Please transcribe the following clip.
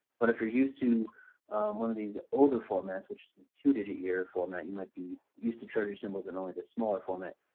but if you're use to one of these older formats which two digit year format you might be use to treasury symbols in only the smaller format.